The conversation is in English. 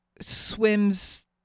swims